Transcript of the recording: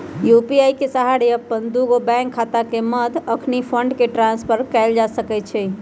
UPI के सहारे अप्पन दुगो बैंक खता के मध्य अखनी फंड के ट्रांसफर कएल जा सकैछइ